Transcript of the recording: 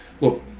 Look